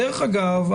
אגב,